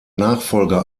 nachfolger